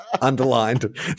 underlined